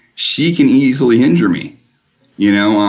she can easily injure me you know.